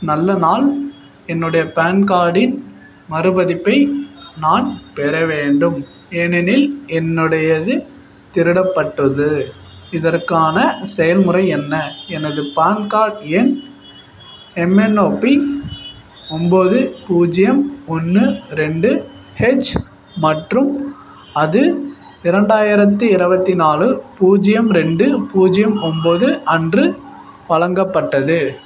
நல்ல நாள் என்னுடைய பேன் கார்டின் மறுப்பதிப்பை நான் பெற வேண்டும் ஏனெனில் என்னுடையது திருடப்பட்டது இதற்கான செயல்முறை என்ன எனது பான் கார்ட் எண் எம்என்ஓபி ஒம்பது பூஜ்ஜியம் ஒன்று ரெண்டு ஹெச் மற்றும் அது இரண்டாயிரத்து இரபத்தி நாலு பூஜ்ஜியம் ரெண்டு பூஜ்ஜியம் ஒம்பது அன்று வழங்கப்பட்டது